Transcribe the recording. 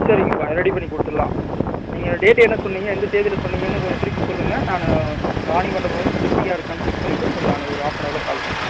சரிங்கப்பா ரெடி பண்ணி கொடுத்துட்லாம் நீங்கள் டேட் என்ன சொன்னீங்க எந்த தேதியில் சொன்னீங்கன்னு கொஞ்சம் திருப்பி சொல்லுங்கள் நான் ராணி மண்டபம் கொஞ்சம் ஃபிரீயாக இருக்கான்னு கொஞ்சம் செக் பண்ணிட்டு உங்களுக்கு நான் ஒரு ஹாஃப் அன் அவரில் கால் பண்ணுறேன்